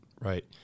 Right